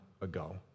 ago